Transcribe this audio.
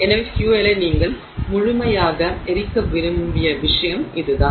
எனவே ஃபியூயலை நீங்கள் முழுமையாக எரிக்க விரும்பிய விஷயம் இதுதான்